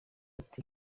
ati